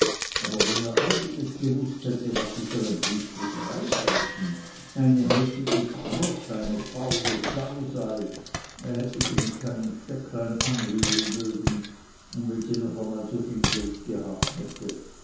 aber wenn er eigentlich gewußt hätte was sie für ein wüstes reibeisen eine hässige krot eine faule sau sei er hätte sie mit keinem stecklein anrühren mögen und wenn sie noch einmal so viel geld gehabt hätte